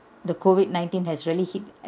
the COVID nineteen has really hit